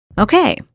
Okay